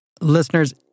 Listeners